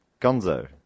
Gonzo